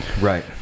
right